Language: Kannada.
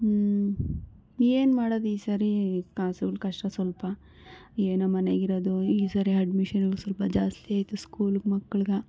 ಹ್ಞೂ ಏನು ಮಾಡೋದು ಈ ಸರಿ ಕ ಸ್ವಲ್ಪ ಕಷ್ಟ ಸ್ವಲ್ಪ ಏನೋ ಮನೆಗಿರೋದು ಈ ಸರಿ ಅಡ್ಮಿಷನ್ ಸ್ವಲ್ಪ ಜಾಸ್ತಿ ಆಯ್ತು ಸ್ಕೂಲ್ಗೆ ಮಕ್ಳಿಗೆ